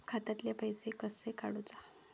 खात्यातले पैसे कशे काडूचा?